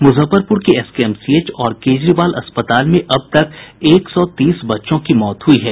मुजफ्फरपुर के एसकेएमसीएच और केजरीवाल अस्पताल में अब तक एक सौ तीस बच्चों की मौत हुयी है